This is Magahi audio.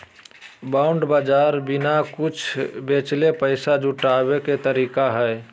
बॉन्ड बाज़ार बिना कुछ बेचले पैसा जुटाबे के तरीका हइ